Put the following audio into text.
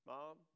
Mom